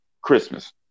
Christmas